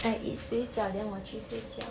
like eat 水饺 then 我去睡觉